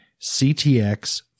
CTX